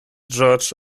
georges